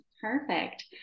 Perfect